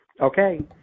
Okay